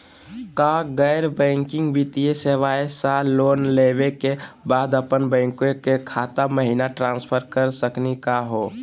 का गैर बैंकिंग वित्तीय सेवाएं स लोन लेवै के बाद अपन बैंको के खाता महिना ट्रांसफर कर सकनी का हो?